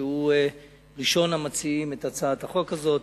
שהוא ראשון המציעים את הצעת החוק הזאת.